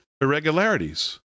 irregularities